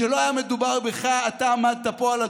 כשלא היה מדובר בך, אתה עמדת פה על הדוכן,